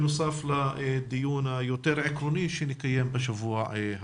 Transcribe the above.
בנוסף לדיון היותר עקרוני שנקיים בשבוע הבא.